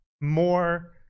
more